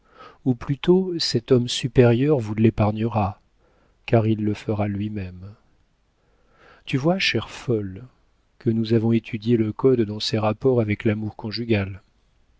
ou plutôt cet homme supérieur vous l'épargnera car il le fera lui-même tu vois chère folle que nous avons étudié le code dans ses rapports avec l'amour conjugal